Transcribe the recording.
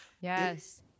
Yes